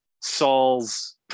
Saul's